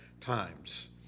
times